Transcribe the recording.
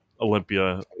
olympia